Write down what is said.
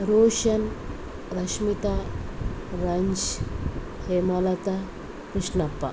ರೋಷನ್ ರಶ್ಮಿತಾ ರನ್ಶ್ ಹೇಮಲತಾ ಕೃಷ್ಣಪ್ಪ